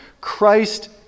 Christ